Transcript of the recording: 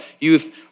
Youth